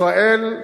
ישראל,